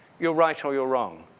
you're right or you're wrong.